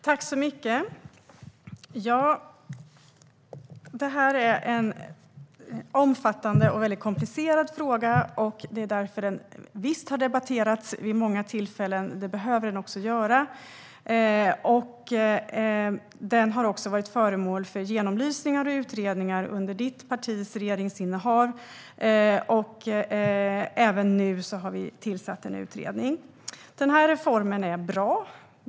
Herr talman! Detta är en omfattande och väldigt komplicerad fråga. Den har debatterats vid många tillfällen, och så behöver det också vara. Den har också varit föremål för genomlysningar och utredningar under ditt partis regeringsinnehav. Även nu har vi tillsatt en utredning. Den här reformen är bra.